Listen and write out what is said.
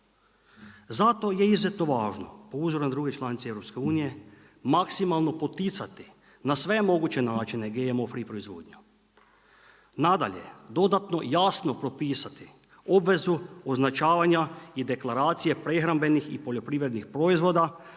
Zato je izuzetno važno, po uzoru na druge članice EU-a, maksimalno poticati na sve moguće načine GMO free proizvodnju. Nadalje, dodatno jasno propisati obvezu označavanja i deklaracije prehrambenih i poljoprivrednim proizvoda